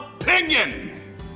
opinion